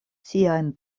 siajn